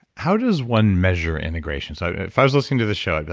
how does one measure integration? so if i was listening to this show, i'd but